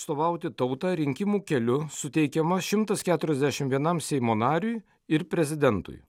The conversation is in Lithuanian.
atstovauti tautą rinkimų keliu suteikiama šimtas keturiasdešimt vienam seimo nariui ir prezidentui